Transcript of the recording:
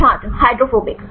छात्र हाइड्रोफोबिक